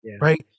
right